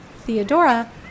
Theodora